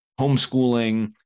homeschooling